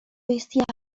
jest